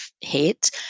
hit